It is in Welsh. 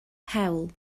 hewl